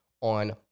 on